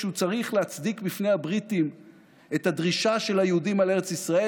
כשהוא צריך להצדיק בפני הבריטים את הדרישה של היהודים על ארץ ישראל,